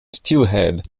steelhead